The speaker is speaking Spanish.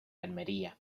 almería